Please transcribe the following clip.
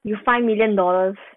you five million dollars